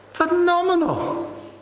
phenomenal